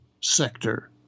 sector